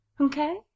Okay